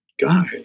guy